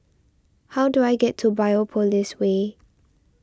how do I get to Biopolis Way